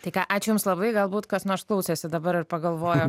tai ką ačiū jums labai galbūt kas nors klausėsi dabar ir pagalvojo